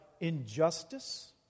injustice